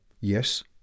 Yes